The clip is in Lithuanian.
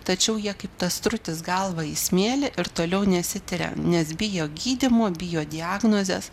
tačiau jie kaip tas strutis galvą į smėlį ir toliau nesitiria nes bijo gydymų bijo diagnozės